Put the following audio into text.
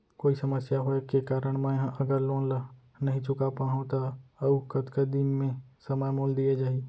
कोई समस्या होये के कारण मैं हा अगर लोन ला नही चुका पाहव त अऊ कतका दिन में समय मोल दीये जाही?